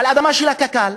על אדמה של הקק"ל,